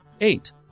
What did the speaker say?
eight